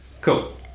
cool